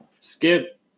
Skip